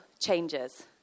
changes